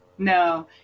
No